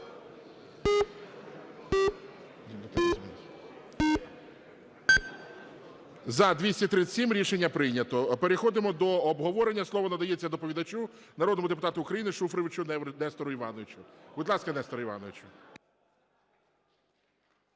За-237 Рішення прийнято. Переходимо до обговорення. Слово надається доповідачу - народному депутату України Шуфричу Нестору Івановичу. Будь ласка, Несторе Івановичу.